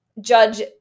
judge